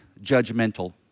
judgmental